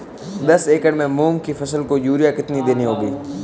दस एकड़ में मूंग की फसल को यूरिया कितनी देनी होगी?